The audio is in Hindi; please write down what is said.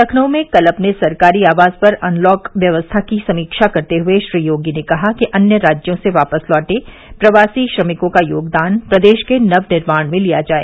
लखनऊ में कल अपने सरकारी आवास पर अनलॉक व्यवस्था की समीक्षा करते हए श्री योगी ने कहा कि अन्य राज्यों से वापस लौटे प्रवासी श्रमिकों का योगदान प्रदेश के नव निर्माण में लिया जाए